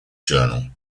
journal